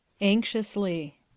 Anxiously